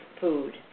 food